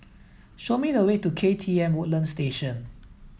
show me the way to K T M Woodlands Station